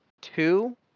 two